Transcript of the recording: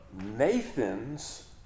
Nathan's